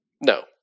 No